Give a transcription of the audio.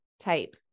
type